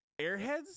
Airheads